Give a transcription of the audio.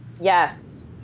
Yes